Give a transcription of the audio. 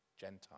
Gentile